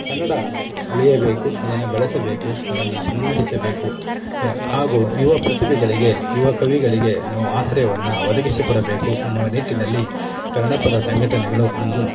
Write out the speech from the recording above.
ಕನ್ನಡ ಉಳಿಯಬೇಕು ಅದನ್ನು ಬೆಳೆಸಬೇಕು ಅದನ್ನು ಮುನ್ನಡೆಸಬೇಕು ಯ ಹಾಗೂ ಯುವ ಪ್ರತಿಭೆಗಳಿಗೆ ಯುವ ಕವಿಗಳಿಗೆ ನಾವು ಆಶ್ರಯವನ್ನು ಒದಗಿಸಿಕೊಡಬೇಕು ಎನ್ನುವ ನಿಟ್ಟಿನಲ್ಲಿ ಕನ್ನಡ ಪರ ಸಂಘಟನೆಗಳು ಅಂದು